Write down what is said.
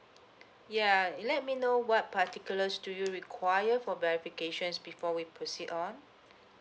ya it let me know what particulars do you require for verifications before we proceed on